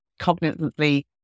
cognitively